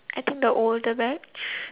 I think the older guy